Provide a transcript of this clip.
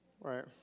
Right